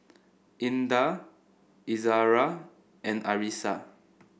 Indah Izara and Arissa